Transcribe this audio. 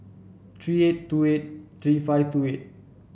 three eight two eight three five two eight